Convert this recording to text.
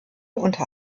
unter